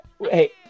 Hey